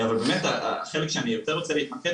אבל באמת החלק שאני יותר רוצה להתמקד